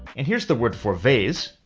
and here's the word for vase,